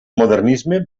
modernisme